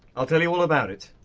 i'll tell you all about it,